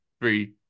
three